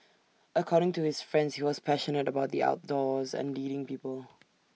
according to his friends he was passionate about the outdoors and leading people